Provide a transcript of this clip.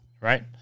right